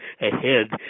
ahead